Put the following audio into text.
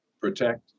protect